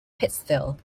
pittsfield